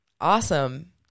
Awesome